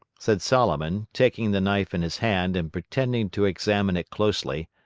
said solomon, taking the knife in his hand and pretending to examine it closely.